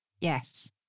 Yes